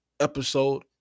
episode